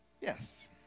Yes